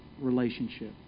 relationship